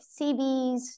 CVs